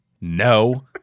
No